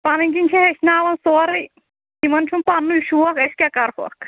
پَنٕنۍ کِنۍ چھِ ہیٚچھناوان سورُے یِمَن چھُ نہٕ پَننُے شوق أسۍ کیٛاہ کَرہوکھ